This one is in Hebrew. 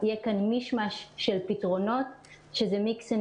יהיה כאן מיש-מש של פתרונות שזה mix and